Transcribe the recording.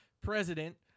president